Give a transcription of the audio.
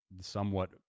somewhat